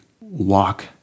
walk